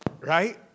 right